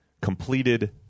completed